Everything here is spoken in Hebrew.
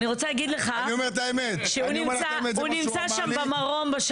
הוא נמצא במרום,